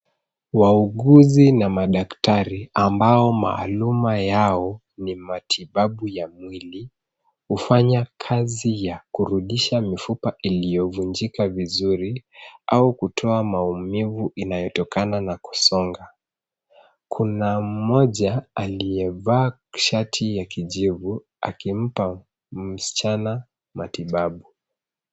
Wauguzi na madaktari ambao maaluma yao ni matibabu ya mwili hufanya kazi ya kurudisha mifupa iliyovunjika vizuri au kutoa maumivu inayotokana na kusonga. Kuna mmoja aliyevaa shati ya kijivu akimpa msichana matibabu.